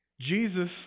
Jesus